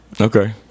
Okay